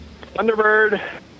thunderbird